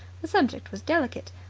the subject was delicate.